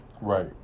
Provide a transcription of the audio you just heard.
Right